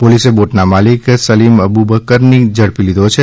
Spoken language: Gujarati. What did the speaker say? પોલીસે બોટના માલીક સલીમ અબુબકરને પણ ઝડપી લીધો છે